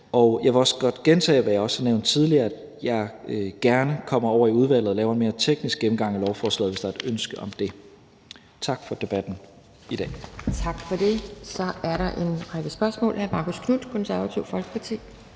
jeg vil også godt gentage, hvad jeg har nævnt tidligere, at jeg gerne kommer i udvalget og laver en mere teknisk gennemgang af lovforslaget, hvis der er et ønske om det. Tak for debatten i dag. Kl. 19:40 Anden næstformand (Pia Kjærsgaard): Tak for det. Så er der en række spørgsmål. Hr. Marcus Knuth, Det Konservative Folkeparti.